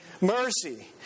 mercy